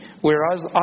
Whereas